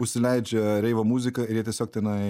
užsileidžia reivo muziką ir jie tiesiog tenai